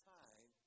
time